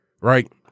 right